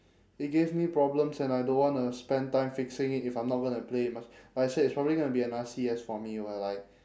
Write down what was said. it gave me problems and I don't wanna spend time fixing it if I'm not gonna play much but I said it's probably gonna be another C_S for me where like